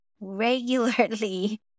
regularly